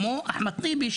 וכמו אחמד טיבי,